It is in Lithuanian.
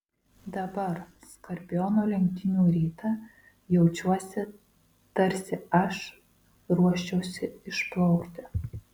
dabar skorpiono lenktynių rytą jaučiuosi tarsi aš ruoščiausi išplaukti